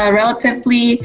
relatively